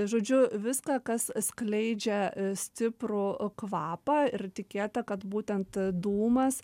žodžiu viską kas skleidžia stiprų kvapą ir tikėta kad būtent dūmas